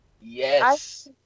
Yes